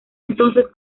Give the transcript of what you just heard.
entonces